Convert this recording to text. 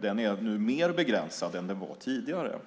Den är nu mer begränsad än den var tidigare.